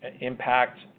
impact